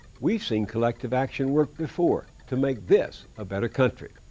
we've seen collective action work before to make this a better country.